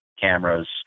cameras